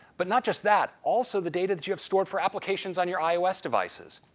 but not just that, also the data that you have scored for application on your ios devices.